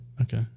Okay